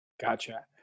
Gotcha